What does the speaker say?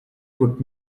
could